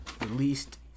released